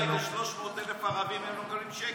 בירושלים יש 300,000 ערבים, הם לא מקבלים שקל.